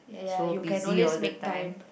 so busy all the time